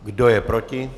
Kdo je proti?